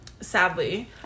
sadly